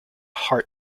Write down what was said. heart